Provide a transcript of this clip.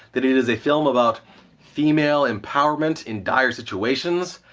that it is a film about female empowerment in dire situations?